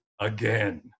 again